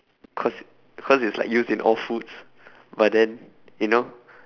cause cause it's like used in all foods but then you know